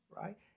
right